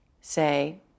say